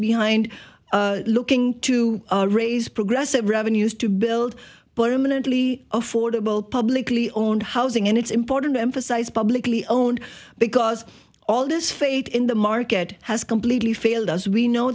behind looking to raise progressive revenues to build but eminently affordable publicly owned housing and it's important to emphasize publicly owned because all this faith in the market has completely failed us we know